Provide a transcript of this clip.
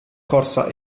corsa